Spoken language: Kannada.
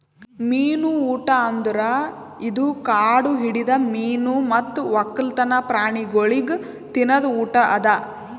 ಮೀನು ಊಟ ಅಂದುರ್ ಇದು ಕಾಡು ಹಿಡಿದ ಮೀನು ಮತ್ತ್ ಒಕ್ಕಲ್ತನ ಪ್ರಾಣಿಗೊಳಿಗ್ ತಿನದ್ ಊಟ ಅದಾ